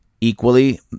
Equally